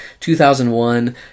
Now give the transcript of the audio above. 2001